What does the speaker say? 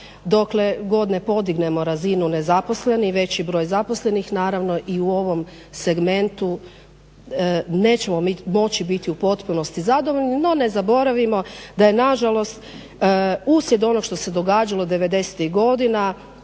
dokle god ne podignemo razinu nezaposlenih i veći broj zaposlenih naravno i u ovom segmentu nećemo moći biti u potpunosti zadovoljni. No, ne zaboravimo da je na žalost uslijed onog što se događalo devedesetih